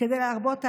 כדי להרבות אהבה.